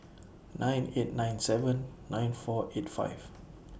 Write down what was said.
nine eight nine seven nine four eight five